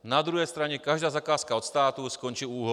Na druhé straně každá zakázka od státu skončí u ÚOHS.